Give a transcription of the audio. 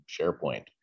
SharePoint